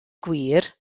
gwir